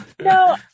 No